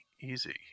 easy